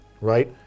Right